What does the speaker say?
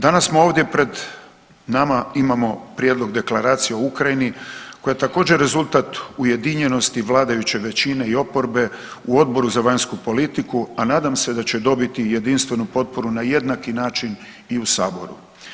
Danas smo ovdje pred nama imamo Prijedlog Deklaracije o Ukrajini, koja je također, rezultat ujedinjenosti vladajuće većine i oporbe, u Odboru za vanjsku politiku, a nadam se i da će dobiti i jedinstvenu potporu na jednaki način i u Saboru.